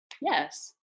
yes